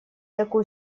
такую